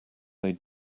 they